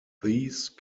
these